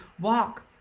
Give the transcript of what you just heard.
walk